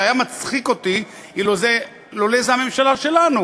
זה היה מצחיק אותי לולא הייתה זו הממשלה שלנו